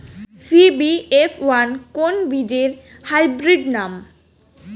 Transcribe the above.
CBF one কোন বীজের hybrid নাম?